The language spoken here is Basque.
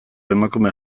emakume